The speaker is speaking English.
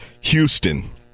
houston